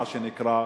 מה שנקרא,